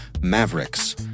Mavericks